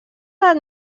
edat